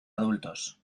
adultos